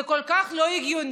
זה כל כך לא הגיוני.